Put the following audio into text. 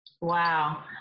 wow